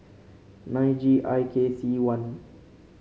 nine G I K C one